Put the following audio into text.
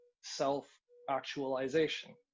self-actualization